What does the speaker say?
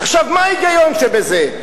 עכשיו, מה ההיגיון שבזה?